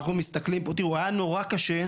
היה מאוד קשה,